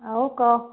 ଆଉ କହ